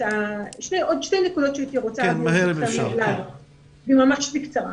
עוד שתי נקודות שהייתי רוצה ממש בקצרה.